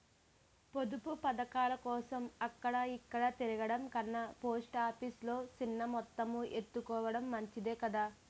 పొదుపు పదకాలకోసం అక్కడ ఇక్కడా తిరగడం కన్నా పోస్ట్ ఆఫీసు లో సిన్న మొత్తాలు ఎత్తుకోడం మంచిదే కదా